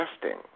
testing